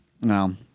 No